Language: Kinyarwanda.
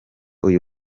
uyu